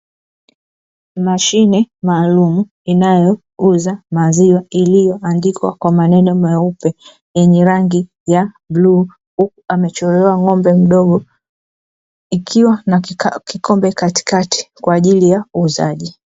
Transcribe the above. Mashine maalumu inayouza maziwa iliyoandikwa kwa maneno meupe yenye rangi ya blue book amecholewa ng'ombe mdogo na kikombe katikati kwa ajili ya uuzaji .